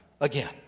again